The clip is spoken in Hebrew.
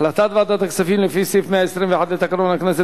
החלטת ועדת הכספים לפי סעיף 121 לתקנון הכנסת